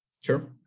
Sure